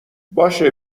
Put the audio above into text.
باشه